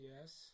Yes